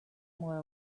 more